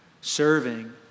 serving